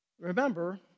remember